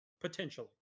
Potentially